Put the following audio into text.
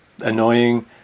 annoying